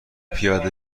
پیاده